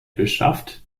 beschafft